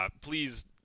please